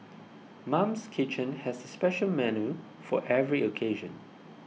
Mum's Kitchen has a special menu for every occasion